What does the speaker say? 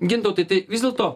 gintautai tai vis dėlto